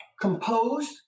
composed